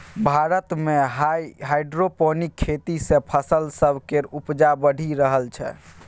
भारत मे हाइड्रोपोनिक खेती सँ फसल सब केर उपजा बढ़ि रहल छै